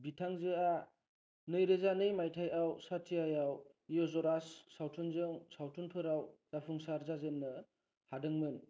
बिथांजोआ नैरोजा नै माइथायाव साथियायाव यशराज सावथुनजों सावथुनफोराव जाफुंसार जाजेन्नो हादोंमोन